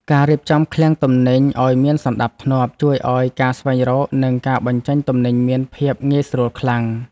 ការរៀបចំឃ្លាំងទំនិញឱ្យមានសណ្តាប់ធ្នាប់ ជួយឱ្យការស្វែងរកនិងការបញ្ចេញទំនិញមានភាពងាយស្រួលខ្លាំង។